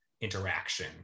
interaction